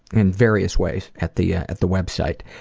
in various ways at the ah at the website.